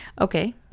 Okay